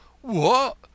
What